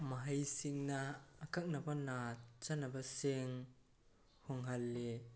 ꯃꯍꯩꯁꯤꯡꯅ ꯑꯀꯛꯅꯕ ꯅꯥꯠ ꯆꯠꯅꯕꯁꯤꯡ ꯍꯣꯡꯍꯜꯂꯤ